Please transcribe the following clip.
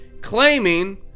claiming